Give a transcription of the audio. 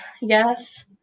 yes